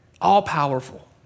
all-powerful